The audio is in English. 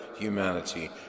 humanity